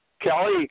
Kelly